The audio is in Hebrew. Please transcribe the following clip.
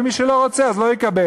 ומי שלא רוצה לא יקבל.